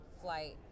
flight